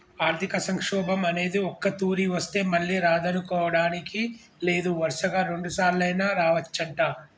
ఆర్థిక సంక్షోభం అనేది ఒక్కతూరి వస్తే మళ్ళీ రాదనుకోడానికి లేదు వరుసగా రెండుసార్లైనా రావచ్చంట